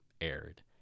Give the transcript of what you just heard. aired